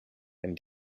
and